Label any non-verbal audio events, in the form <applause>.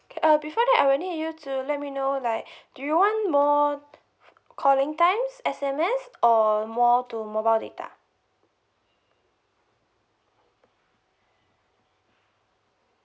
K uh before that I will need you to let me know like <breath> do you want more calling times S_M_S or more to mobile data